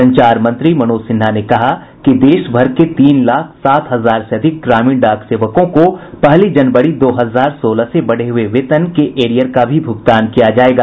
संचार मंत्री मनोज सिन्हा ने कहा कि देश भर के तीन लाख सात हजार से अधिक ग्रामीण डाक सेवकों को पहली जनवरी दो हजार सोलह से बढ़े हुए वेतन के एरियर का भी भुगतान किया जायेगा